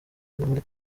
muri